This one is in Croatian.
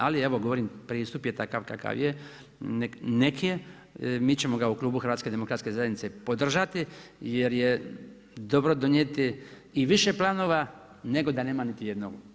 Ali evo govorim pristup je takav kakav je, nek je, mi ćemo ga u Klubu HDZ podržati jer je dobro donijeti i više planova nego da nema niti jednog.